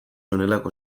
honelako